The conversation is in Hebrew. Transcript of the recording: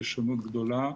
יש שונות גדולה.